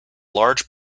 large